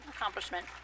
accomplishment